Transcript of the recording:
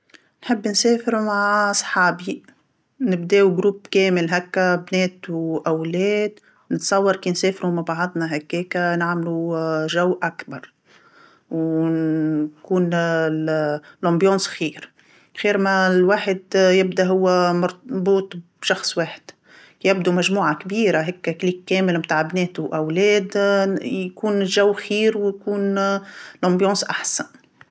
نحب نسافر مع صحابي، نبداو مجموعة كامل هاكا بنات وأولاد، نتصور كي نسافرو مع بعضنا هاكاكا نعملو جو أكبر، ون- نكون الحماس خير، خير ما الواحد يبدا هو مربوط بشخص واحد، يبدو مجموعه كبيره هكا كليك كامل متاع بنات وأولاد يكون الجو خير ويكون الحماس أحسن.